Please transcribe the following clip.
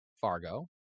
Fargo